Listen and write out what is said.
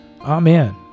Amen